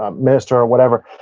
um minister or whatever,